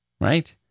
right